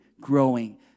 growing